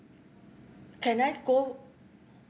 can I go